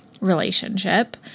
relationship